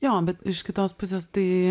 jo bet iš kitos pusės tai